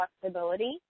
flexibility